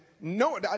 no